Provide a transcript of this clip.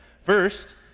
First